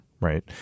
Right